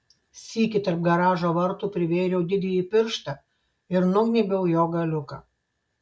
sykį tarp garažo vartų privėriau didįjį pirštą ir nugnybiau jo galiuką